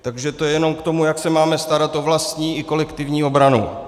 Takže to jenom k tomu, jak se máme starat o vlastní i kolektivní obranu.